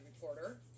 Reporter